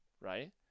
right